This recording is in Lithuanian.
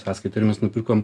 sąskaitų ir mes nupirkom